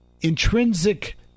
intrinsic